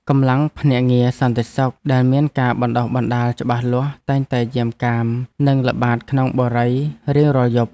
កម្លាំងភ្នាក់ងារសន្តិសុខដែលមានការបណ្តុះបណ្តាលច្បាស់លាស់តែងតែយាមកាមនិងល្បាតក្នុងបុរីរៀងរាល់ថ្ងៃយប់។